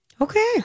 Okay